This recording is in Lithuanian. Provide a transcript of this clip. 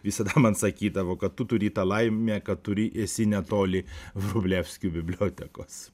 visada man sakydavo kad tu turi tą laimę kad turi esi netoli vrublevskių bibliotekos